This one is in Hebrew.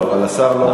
אתה לא יכול.